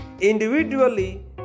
Individually